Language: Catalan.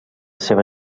seva